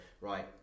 right